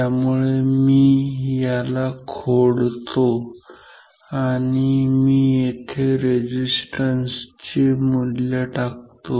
त्यामुळे मी याला खोडतो आणि मी येथे रेझिस्टन्स चे मूल्य टाकतो